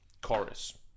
chorus